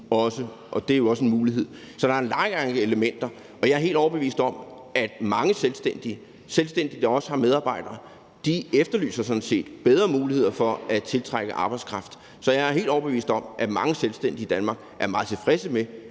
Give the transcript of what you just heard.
nu kan komme hertil. Så der er en lang række elementer, og jeg er helt overbevist om, at mange selvstændige, også selvstændige, der har medarbejdere, efterlyser bedre muligheder for at tiltrække arbejdskraft. Så jeg er helt overbevist om, at mange selvstændige i Danmark er meget tilfredse med,